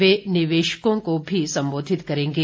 वे निवेशकों को भी संबोधित करेंगे